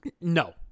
No